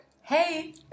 Hey